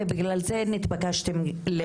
ובגלל זה נתבקשתם ללוות אותם.